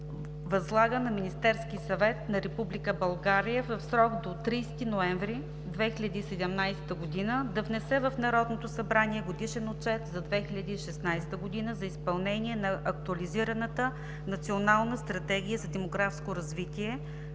„Възлага на Министерския съвет на Република България в срок до 30 ноември 2017 г. да внесе в Народното събрание Годишен отчет за 2016 г. за изпълнение на Актуализираната национална стратегия за демографско развитие